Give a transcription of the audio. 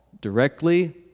directly